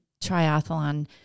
triathlon